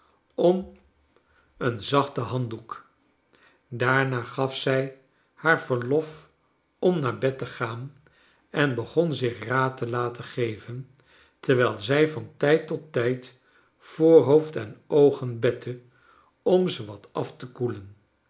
om een zachten handdoek daarna gaf zij haar verlof om naar bed te gaan en begon zich raad te laten geven terwiji zij van tij d t ot tij d voorhoof d en oogen bette om ze wat af te koelen